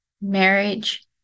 marriage